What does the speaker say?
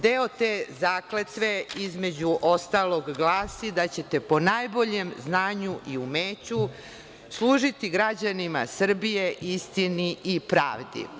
Deo te zakletve, između ostalog glasi – da ćete po najboljem znanju i umeću služiti građanima Srbije, istini i pravdi.